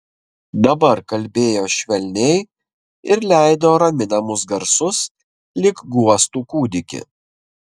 dabar kalbėjo švelniai ir leido raminamus garsus lyg guostų kūdikį